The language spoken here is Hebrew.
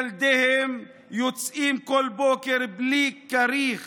ילדיהם יוצאים כל בוקר בלי כריך